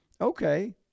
Okay